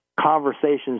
conversations